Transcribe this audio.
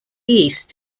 east